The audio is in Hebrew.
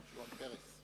שמעון פרס.